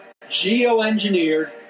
geoengineered